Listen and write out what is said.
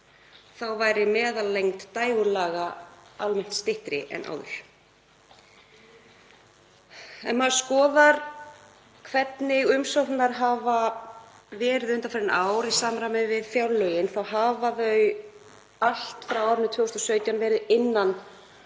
Þá væri meðallengd dægurlaga almennt styttri en áður. Ef maður skoðar hvernig umsóknirnar hafa verið undanfarin ár í samræmi við fjárlögin þá hafa þær allt frá árinu 2017 verið innan